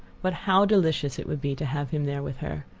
but how delicious it would be to have him there with her!